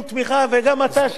הזכויות שלך שמורות.